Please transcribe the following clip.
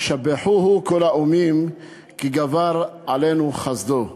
שבחוהו כל האֻמים כי גבר עלינו חסדו".